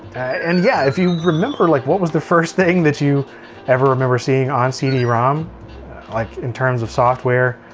and yeah, if you remember, like what was the first thing that you ever remember seeing on cd-rom like in terms of software?